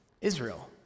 Israel